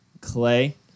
Clay